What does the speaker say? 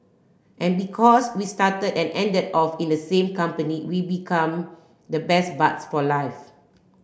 and because we started and ended off in the same company we we come the best buds for life